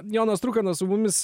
jonas trukanas su mumis